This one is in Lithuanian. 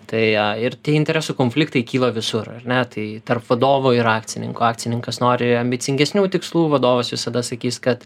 tai ir interesų konfliktai kyla visur ar ne tai tarp vadovo ir akcininko akcininkas nori ambicingesnių tikslų vadovas visada sakys kad